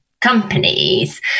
companies